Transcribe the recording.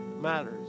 matters